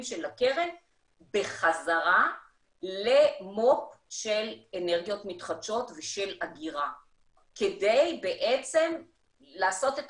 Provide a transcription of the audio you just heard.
של הקרן בחזרה למו"פ של אנרגיות מתחדשות ושל אגירה כדי בעצם לעשות את